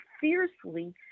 fiercely